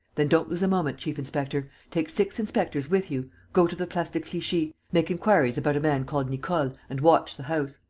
then don't lose a moment, chief-inspector. take six inspectors with you. go to the place de clichy. make inquiries about a man called nicole and watch the house.